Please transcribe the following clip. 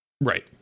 Right